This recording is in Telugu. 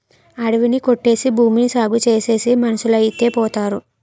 అడివి ని కొట్టేసి భూమిని సాగుచేసేసి మనుసులేటైపోతారో